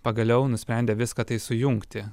pagaliau nusprendė viską tai sujungti